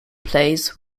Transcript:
plays